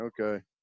Okay